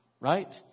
right